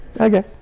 okay